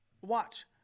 Watch